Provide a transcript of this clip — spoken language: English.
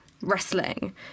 wrestling